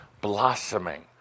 blossoming